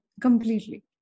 completely